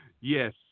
Yes